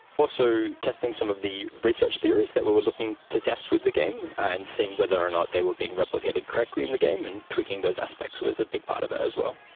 also testing some of the research theories that we were looking to test with the game and seeing whether or not they were being replicated correctly in the game and tweaking those aspects was a big part of it as well.